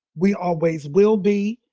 we always will be.